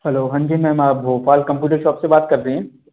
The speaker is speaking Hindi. हलो हाँ जी मैम आप भोपाल कम्प्यूटर शॉप से बात कर रही हैं